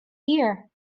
here